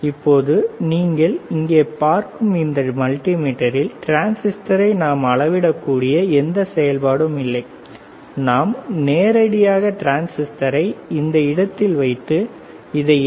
இப்போது நீங்கள் இங்கே பார்க்கும் இந்த மல்டிமீட்டரில் டிரான்சிஸ்டரை நாம் அளவிடக்கூடிய எந்த செயல்பாடும் இல்லை நாம் நேரடியாக டிரான்சிஸ்டரை இந்த இடத்தில் வைத்து இதை என்